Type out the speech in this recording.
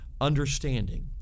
understanding